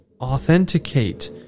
authenticate